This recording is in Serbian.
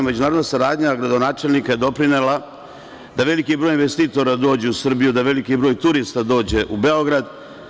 Međunarodna saradnja gradonačelnika je doprinela da veliki broj investitora dođe u Srbiju, da veliki broj turista dođe u Beograd.